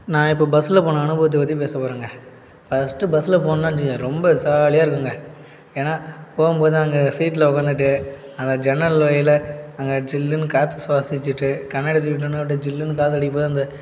நான் இப்போ பஸ்ஸில் போன அனுபவத்தை பற்றி பேச போகிறேங்க ஃபஸ்ட்டு பஸ்ஸில் போனேன்னா வச்சுங்க ரொம்ப சாலியாக இருக்குங்க ஏன்னால் போகும் போது அங்கே சீட்டில் உட்காந்துட்டு அந்த ஜன்னல் வழியில் அங்கே ஜில்லுன்னு காற்று சுவாசிச்சுட்டு கண்ணாடியை தூக்கி விட்டோன்னா அப்படியே ஜில்லுன்னு காற்றடிக்கும் போது அந்த